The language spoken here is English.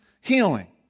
healing